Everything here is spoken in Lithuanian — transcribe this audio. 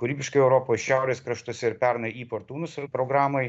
kūrybiškai europos šiaurės kraštuose ir pernai iportunus programai